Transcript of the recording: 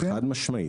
חד משמעית.